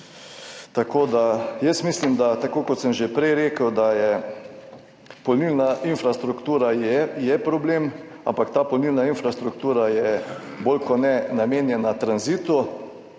ceno. Jaz mislim, da je, tako kot sem že prej rekel, polnilna infrastruktura problem, ampak ta polnilna infrastruktura je bolj kot ne namenjena tranzitu,